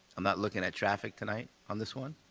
i'm not looking at traffic tonight on this one.